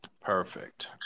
Perfect